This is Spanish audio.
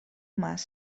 más